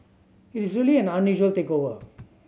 it is really an unusual takeover